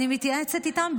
אני מתייעצת איתם,